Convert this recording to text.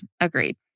Agreed